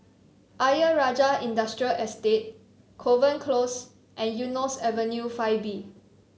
Ayer Rajah Industrial Estate Kovan Close and Eunos Avenue Five B